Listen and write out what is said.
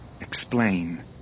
explain